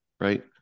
right